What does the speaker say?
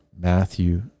Matthew